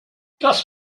das